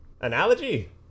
Analogy